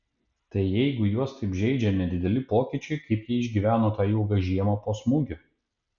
tai jeigu juos taip žeidžia nedideli pokyčiai kaip jie išgyveno tą ilgą žiemą po smūgio